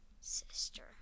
sister